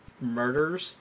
murders